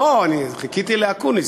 לא, אני חיכיתי לאקוניס.